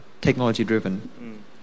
technology-driven